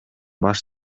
баш